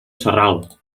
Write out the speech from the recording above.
sarral